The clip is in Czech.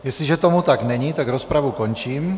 Jestliže tomu tak není, tak rozpravu končím.